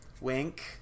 Wink